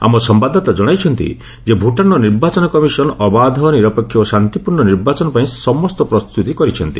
ଆମ ସମ୍ଭାଦତାତା ଜଣାଇଛନ୍ତି ଯେ ଭୂଟାନର ନିର୍ବାଚନ କମିଶନ ଅବାଧ ନିରପେକ୍ଷ ଓ ଶାନ୍ତିପୂର୍ଣ୍ଣ ନିର୍ବାଚନ ପାଇଁ ସମସ୍ତ ପ୍ରସ୍ତୁତି କରିଛନ୍ତି